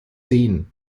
sehen